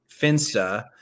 Finsta